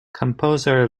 composer